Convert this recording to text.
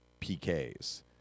PKs